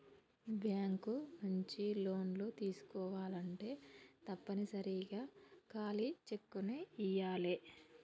bank నుంచి లోన్లు తీసుకోవాలంటే తప్పనిసరిగా ఖాళీ చెక్కుని ఇయ్యాలే